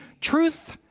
truth